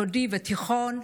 ותיכון,